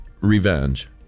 revenge